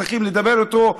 צריכים לדבר איתו,